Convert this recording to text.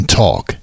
talk